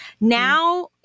now